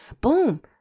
boom